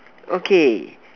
okay